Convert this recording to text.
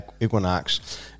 Equinox